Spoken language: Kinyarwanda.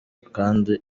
kandi